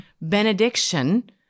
Benediction